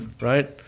right